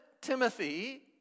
Timothy